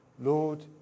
Lord